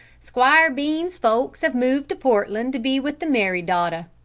squire bean's folks have moved to portland to be with the married daughter.